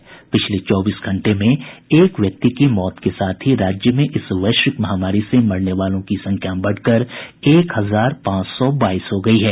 वहीं पिछले चौबीस घंटे में एक व्यक्ति की मौत के साथ ही राज्य में इस वैश्विक महामारी से मरने वालों की संख्या बढ़कर एक हजार पांच सौ बाईस हो गई है